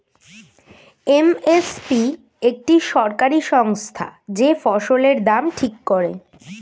M S P একটি সরকারি সংস্থা যে ফসলের দাম ঠিক করে